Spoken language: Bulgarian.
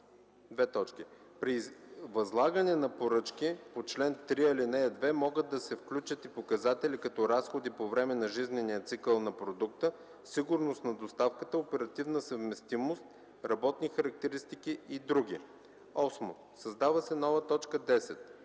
второ: „При възлагане на поръчки по чл. 3, ал. 2 могат да се включат и показатели като разходи по време на жизнения цикъл на продукта, сигурност на доставката, оперативна съвместимост, работни характеристики и други.” 8. Създава се нова т. 10: